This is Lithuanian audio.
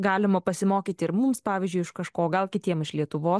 galima pasimokyti ir mums pavyzdžiui iš kažko gal kitiem iš lietuvos